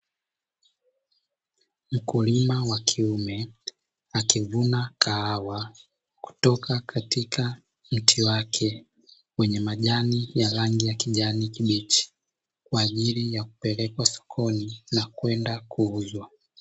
Mkulima wa kiume akivuna kahawa kutoka katika mti wake wenye majani ya rangi ya kijani kibichi kwa ajili ya kupeleka sokoni na kwenda kuuzwa.